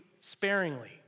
sparingly